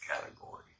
category